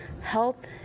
health